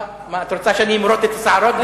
מה, את רוצה שאני אמרוט שערות על הדוכן?